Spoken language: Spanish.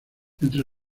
entre